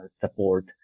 support